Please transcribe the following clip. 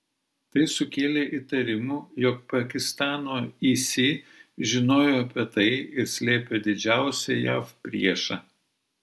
tai sukėlė įtarimų jog pakistano isi žinojo apie tai ir slėpė didžiausią jav priešą